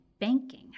banking